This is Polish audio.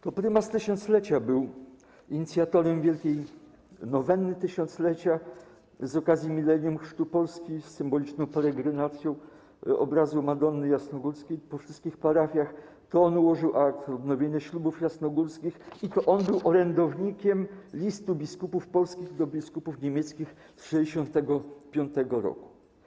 To Prymas Tysiąclecia był inicjatorem Wielkiej Nowenny tysiąclecia z okazji millennium chrztu Polski, z symboliczną peregrynacją obrazu Madonny Jasnogórskiej po wszystkich parafiach, to on ułożył akt odnowienia ślubów jasnogórskich i to on był orędownikiem listu biskupów polskich do biskupów niemieckich z 1965 r.